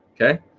Okay